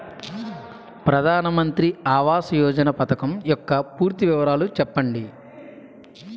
ప్రధాన మంత్రి ఆవాస్ యోజన పథకం యెక్క పూర్తి వివరాలు చెప్పండి?